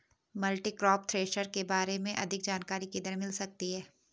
Multicrop thresher के बारे में अधिक जानकारी किधर से मिल सकती है?